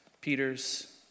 Peter's